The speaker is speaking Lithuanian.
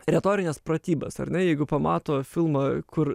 retorines pratybas ar ne jeigu pamato filmą kur